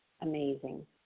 amazing